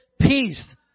peace